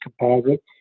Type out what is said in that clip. composite